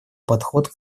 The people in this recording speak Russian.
подход